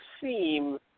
seem